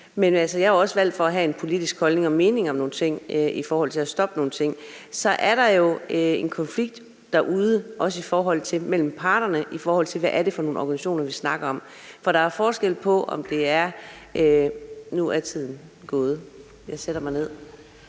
men jeg er også valgt for at have en politisk holdning og en mening om nogle ting i forhold til at stoppe nogle ting – så er der jo en konflikt derude, også mellem parterne, i forhold til hvad det er for nogle organisationer, vi snakker om. Kl. 13:14 Den fg. formand (Birgitte Vind):